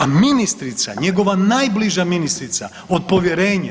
A ministrica njegova najbliža ministrica od povjerenja.